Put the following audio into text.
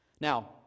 Now